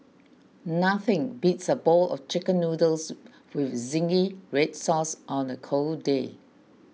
nothing beats a bowl of Chicken Noodles with Zingy Red Sauce on a cold day